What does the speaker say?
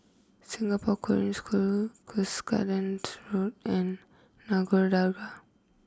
Singapore Korean School Cuscaden Road and Nagore Dargah